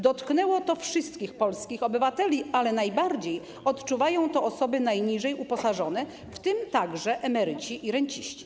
Dotknęło to wszystkich polskich obywateli, ale najbardziej odczuwają to osoby najniżej uposażone, w tym emeryci i renciści.